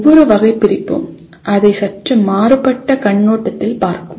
ஒவ்வொரு வகைபிரிப்பும் அதை சற்று மாறுபட்ட கண்ணோட்டத்தில் பார்க்கும்